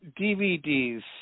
DVDs